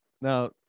Now